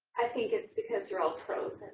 i think it's because you're all pros